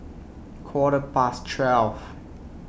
Quarter Past twelve